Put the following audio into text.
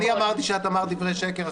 אני אמרתי שאת אמרת דברי שקר,